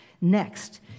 Next